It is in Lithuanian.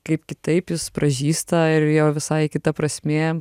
kaip kitaip jis pražysta ir jo visai kita prasmė